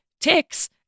ticks